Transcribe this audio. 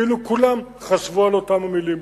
כאילו כולם חשבו על אותן המלים בדיוק.